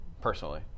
Personally